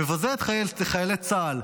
מבזה את חיי חיילי צה"ל,